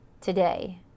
today